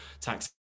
tax